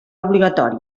obligatòria